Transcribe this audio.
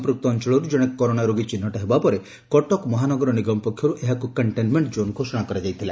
ସମ୍ମୁକ୍ତ ଅଅଳରୁ ଜଣେ କରୋନା ରୋଗୀ ଚିହ୍ନଟ ହେବା ପରେ କଟକ ମହାନଗର ନିଗମ ପକ୍ଷରୁ ଏହାକୁ କକ୍ଷେନମେଙ୍କ ଜୋନ ଘୋଷଣା କରାଯାଇଥିଲା